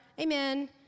Amen